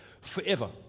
forever